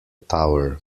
tower